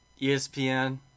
ESPN